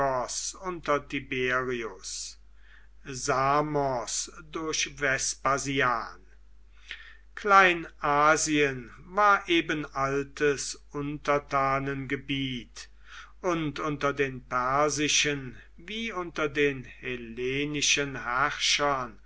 unter tiberius samos durch vespasian kleinasien war eben altes untertanengebiet und unter den persischen wie unter den hellenischen herrschern